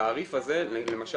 התעריף הזה למשל